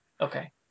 Okay